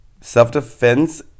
self-defense